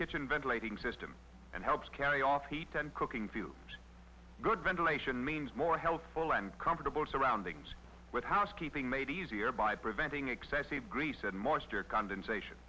kitchen ventilating system and helps carry off heat and cooking feel good ventilation means more healthful and comfortable surroundings with housekeeping made easier by preventing excessive grease and moisture condensation